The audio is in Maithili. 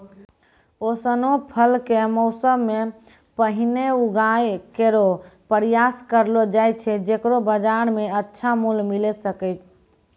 ऑसनो फसल क मौसम सें पहिने उगाय केरो प्रयास करलो जाय छै जेकरो बाजार म अच्छा मूल्य मिले सके